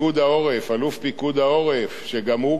שגם הוא כבר לא יודע את נפשו מרוב צער,